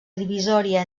divisòria